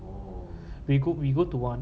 we go we go to one